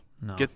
No